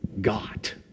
got